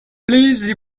please